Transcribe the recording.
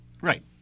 right